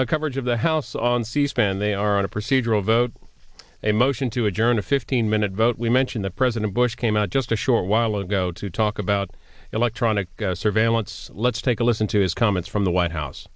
coverage coverage of the house on c span they are on a procedural vote a motion to adjourn a fifteen minute vote we mention the president bush came out just a short while ago to talk about electronic surveillance let's take a listen to his comments from the white house